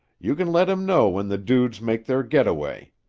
you can let him know when the dudes make their get-away.